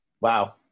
Wow